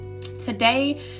Today